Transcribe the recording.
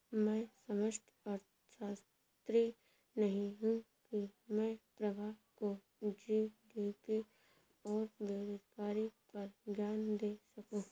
मैं समष्टि अर्थशास्त्री नहीं हूं की मैं प्रभा को जी.डी.पी और बेरोजगारी पर ज्ञान दे सकूं